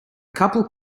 couple